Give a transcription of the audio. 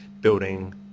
building